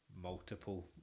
multiple